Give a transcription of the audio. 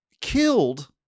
killed